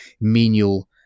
menial